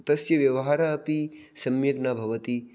तस्य व्यवहारः अपि सम्यक् न भवति